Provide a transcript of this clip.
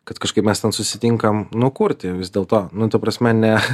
kad kažkaip mes ten susitinkam nu kurti vis dėlto nu ta prasme ne